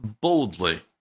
boldly